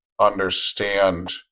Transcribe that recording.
understand